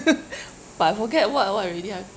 but I forget what what already ah